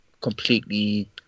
completely